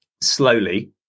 slowly